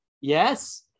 Yes